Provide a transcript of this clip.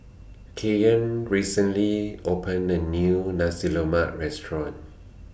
Keion recently opened A New Nasi Lemak Restaurant